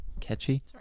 catchy